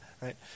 right